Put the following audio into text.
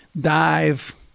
dive